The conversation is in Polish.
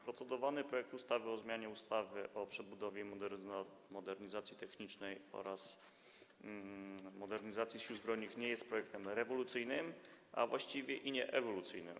Procedowany projekt ustawy o zmianie ustawy o przebudowie i modernizacji technicznej oraz finansowaniu Sił Zbrojnych nie jest projektem rewolucyjnym, a właściwie i nie ewolucyjnym.